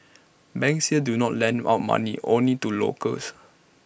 banks here do not lend out money only to locals